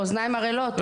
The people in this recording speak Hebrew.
לאוזניים ערלות,